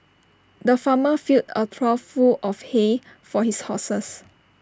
the farmer filled A trough full of hay for his horses